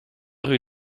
rue